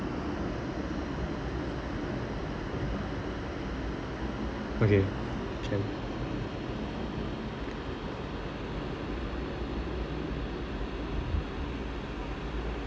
okay can